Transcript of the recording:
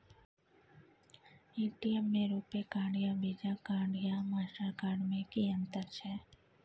ATM में RuPay card आर Visa card या मास्टर कार्ड में कि अतंर छै?